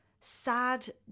sad